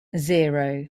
zero